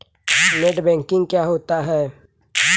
Net banking क्या होता है?